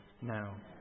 Now